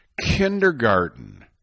kindergarten